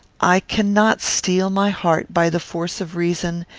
i cannot steel my heart by the force of reason,